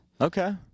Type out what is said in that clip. Okay